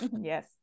Yes